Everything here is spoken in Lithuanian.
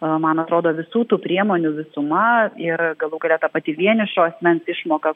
man atrodo visų tų priemonių visuma ir galų gale ta pati vienišo asmens išmoka